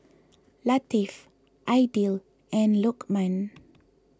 Latif Aidil and Lokman